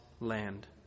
land